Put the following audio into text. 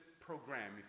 program